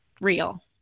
real